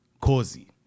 Cozy